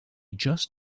just